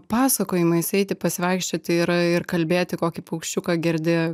pasakojimais eiti pasivaikščioti yra ir kalbėti kokį paukščiuką girdi